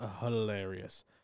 hilarious